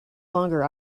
longer